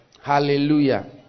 Hallelujah